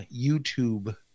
YouTube